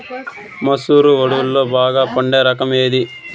మసూర వడ్లులో బాగా పండే రకం ఏది?